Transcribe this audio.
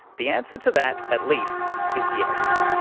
the answer to that at least is yes.